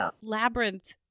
labyrinth